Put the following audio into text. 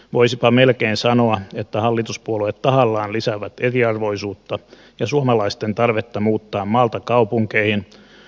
voisipa melkein sanoa että hallituspuolueet tahallaan lisäävät eriarvoisuutta ja suomalaisten tarvetta muuttaa maalta kaupunkeihin